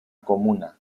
comuna